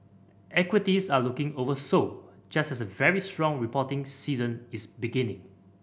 equities are looking oversold just as a very strong reporting season is beginning